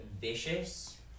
vicious